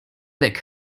weg